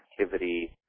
activity